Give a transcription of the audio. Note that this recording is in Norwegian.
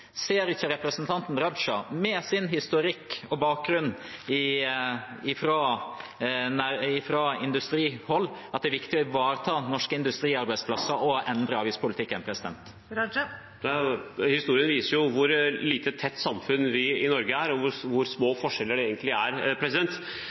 Ser ikke representanten Raja, med sin historikk og sin bakgrunn fra industrihold, at det er viktig å ivareta norske industriarbeidsplasser og å endre avgiftspolitikken? Historien viser jo hvor lite og tett det norske samfunnet er, og hvor